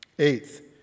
Eighth